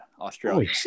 Australia